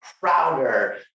prouder